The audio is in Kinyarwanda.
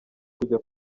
kujya